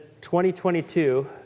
2022